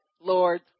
lord